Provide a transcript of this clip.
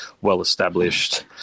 well-established